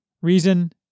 reason